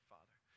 Father